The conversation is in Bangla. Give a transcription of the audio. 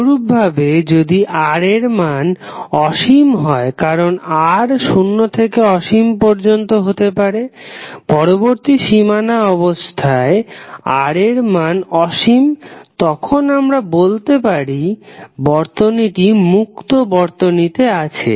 অনুরূপভাবে যদি R এর মান অসীম হয় কারণ R শূন্য থেকে অসীম পর্যন্ত হতে পারে পরবর্তী সীমানা অবস্থায় R এর মান অসীম তখন আমরা বলতে পারি বর্তনীটি মুক্ত বর্তনীতে আছে